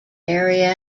area